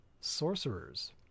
sorcerers